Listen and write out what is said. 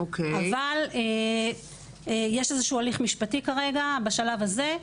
אבל יש איזשהו הליך משפטי כרגע בשלב הזה,